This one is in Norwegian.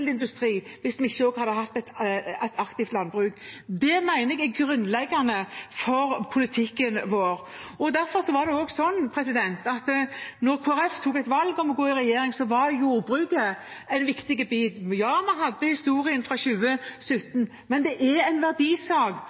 hvis vi ikke hadde hatt et aktivt landbruk. Det mener jeg er grunnleggende for politikken vår. Derfor var det også sånn at da Kristelig Folkeparti tok et valg om å gå i regjering, var jordbruket en viktig bit. Ja, vi hadde historien fra 2017. Men det er en verdisak